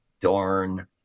darn